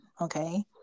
okay